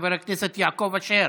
חבר הכנסת יעקב אשר,